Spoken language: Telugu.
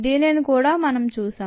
దీనిని కూడా మనం చూశాం